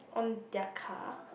on their car